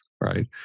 right